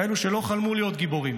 כאלה שלא חלמו להיות גיבורים,